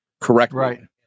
correctly